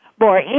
more